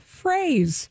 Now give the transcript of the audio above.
phrase